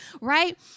right